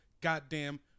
goddamn